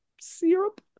syrup